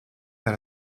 that